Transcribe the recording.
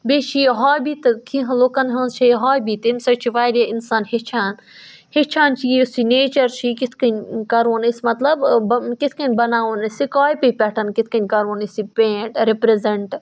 بیٚیہِ چھِ یہِ ہابی تہٕ کینٛہہ لُکَن ہٕنٛز چھے چھِ یہِ ہابی تمہِ سۭتۍ چھِ واریاہ اِنسان ہیٚچھان ہیٚچھان چھِ یہِ یُس یہِ نیچَر چھُ یہِ کِتھ کٔنۍ کَرون أسۍ مطلب کِتھ کٔنۍ بَناوون أسۍ یہِ کاپی پٮ۪ٹھ کِتھ کٔنۍ کَرون أسۍ یہِ پینٛٹ رِپریزنٛٹ